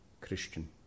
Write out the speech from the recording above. Christian